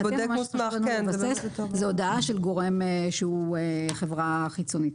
מבחינתנו זאת הודעה של גורם שהוא חברה חיצונית.